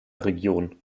region